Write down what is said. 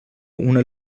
una